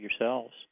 yourselves